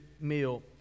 meal